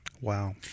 Wow